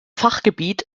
fachgebiet